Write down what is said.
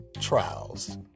trials